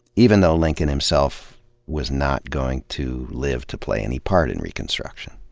even though lincoln himself was not going to live to play any part in reconstruction.